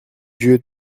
dieu